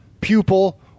pupil